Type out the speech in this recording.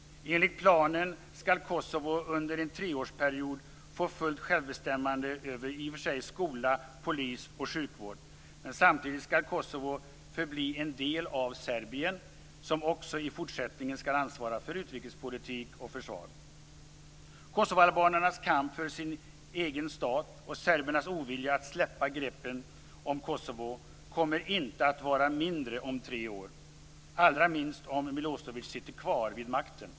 Enligt planen skall Kosovo under en treårsperiod få fullt självbestämmande över skola, polis och sjukvård. Men samtidigt skall Kosovo förbli en del av Serbien, som också i fortsättningen skall ansvara för utrikespolitik och försvar. Kosovoalbanernas kamp för sin egen stat och serbernas ovilja att släppa greppen om Kosovo kommer inte att vara mindre om tre år, allra minst om Milosevic sitter kvar vid makten.